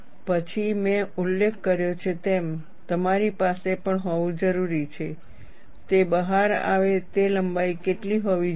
પછી મેં ઉલ્લેખ કર્યો છે તેમ તમારી પાસે પણ હોવું જરૂરી છે તે બહાર આવે તે લંબાઈ કેટલી હોવી જોઈએ